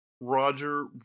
Roger